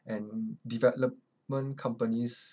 and development companies